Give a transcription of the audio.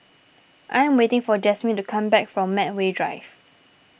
I am waiting for Jasmin to come back from Medway Drive